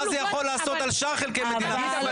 מה זה יכול לעשות על שאר חלקי מדינת ישראל.